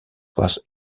was